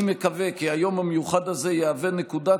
אני מקווה כי היום המיוחד הזה יהיה נקודת